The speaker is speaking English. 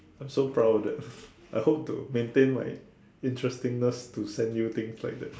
I'm so proud of that I hope to maintain my interestingness to send you things like that